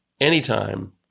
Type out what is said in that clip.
anytime